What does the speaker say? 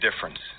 difference